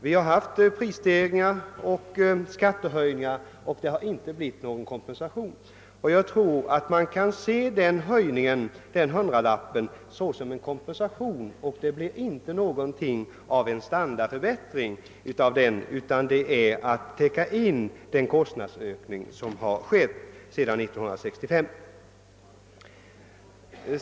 Vi har haft prisstegringar och skatte höjningar och det har inte blivit någon kompensation för dessa, men jag tror att man kan se denna hundralapp såsom en form av kompensation. Däremot blir det genom den ingen standardförbättring, utan den är endast avsedd att täcka den kostnadsökning som har skett sedan 1965.